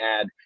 add